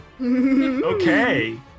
Okay